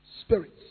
spirits